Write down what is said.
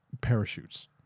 parachutes